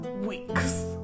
weeks